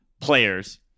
players